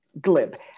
glib